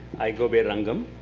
i go by rangam.